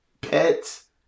pets